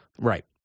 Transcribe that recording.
Right